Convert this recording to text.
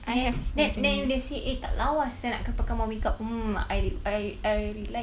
I have then then if they see eh tak lawa sia nak kena pakai more makeup mm I I I really like